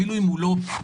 אפילו אם הוא לא מלא,